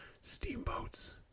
Steamboats